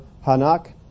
Hanak